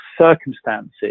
circumstances